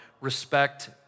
respect